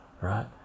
right